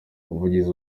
umuvugizi